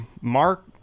mark